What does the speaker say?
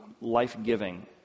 life-giving